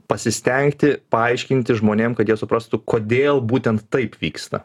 pasistengti paaiškinti žmonėm kad jie suprastų kodėl būtent taip vyksta